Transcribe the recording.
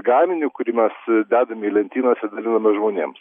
gaminiu kurį mes dedam į lentynas ir daliname žmonėms